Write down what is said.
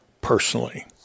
personally